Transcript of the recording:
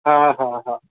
हा हा हा